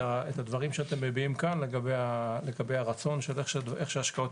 את הדברים שאתם מביעים כאן לגבי הרצון של איך שההשקעות